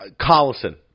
Collison